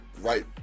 right